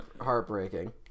heartbreaking